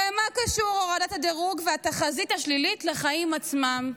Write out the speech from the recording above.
הרי מה קשורות הורדת הדירוג והתחזית השלילית לחיים עצמם,